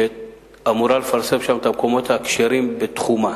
והיא אמורה לפרסם את המקומות הכשרים בתחומה.